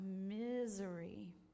misery